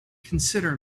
consider